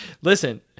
Listen